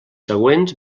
següents